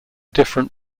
different